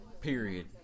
Period